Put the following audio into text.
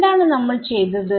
എന്താണ് നമ്മൾ ചെയ്തത്